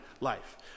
life